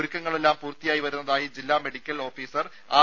ഒരുക്കങ്ങളെല്ലാം പൂർത്തിയായി വരുന്നതായി ജില്ലാ മെഡിക്കൽ ഓഫീസർ ആർ